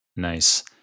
Nice